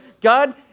God